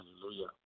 Hallelujah